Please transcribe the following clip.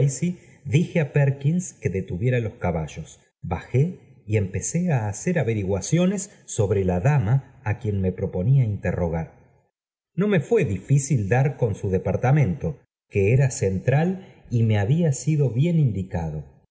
dije á perkine que detuviera los caballos bajé y empecé á hacer averiguaciones sobre la dama á quien mp proponía interrogar no me fué difícil dar con su departamento que era central y me había sido bien indicado